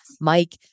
Mike